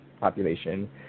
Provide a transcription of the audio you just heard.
population